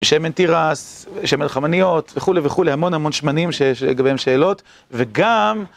שמן תירס, שמן חמניות, וכולי וכולי המון המון שמנים שיש לגביהם שאלות, וגם...